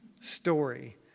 story